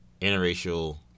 interracial